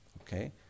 Okay